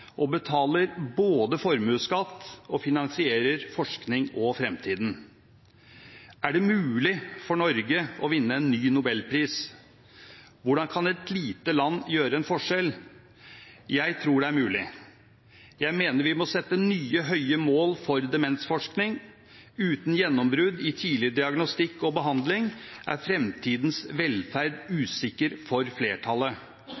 som betaler både formuesskatt og finansierer forskning for fremtiden. Er det mulig for Norge å vinne en ny nobelpris? Hvordan kan et lite land gjøre en forskjell? Jeg tror det er mulig. Jeg mener vi må sette nye høye mål for demensforskning. Uten gjennombrudd i tidlig diagnostikk og behandling er fremtidens velferd